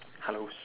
hellos